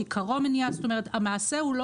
אם אתם